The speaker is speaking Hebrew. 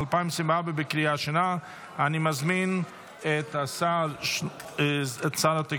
אושרה בקריאה ראשונה ותעבור לדיון